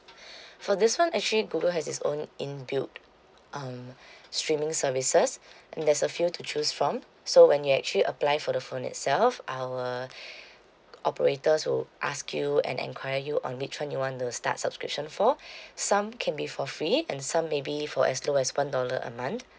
for this [one] actually google has its own in-built um streaming services there's a few to choose from so when you actually apply for the phone itself our operator would ask you and enquire you on which one you want to start subscription for some can be for free and some maybe for as low as one dollar a month